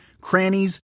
crannies